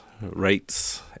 rates